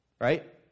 Right